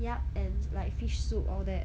yup and like fish soup all that